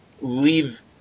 leave